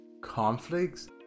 conflicts